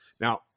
Now